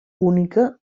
única